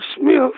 Smith